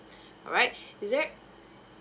alright is there